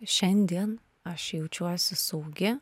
šiandien aš jaučiuosi saugi